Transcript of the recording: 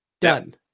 Done